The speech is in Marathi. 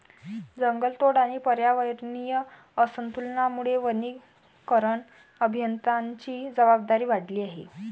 जंगलतोड आणि पर्यावरणीय असंतुलनामुळे वनीकरण अभियंत्यांची जबाबदारी वाढली आहे